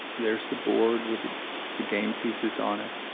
there's the board with the the game pieces on it,